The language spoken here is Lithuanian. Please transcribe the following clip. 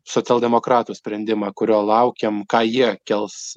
socialdemokratų sprendimą kurio laukiam ką jie kels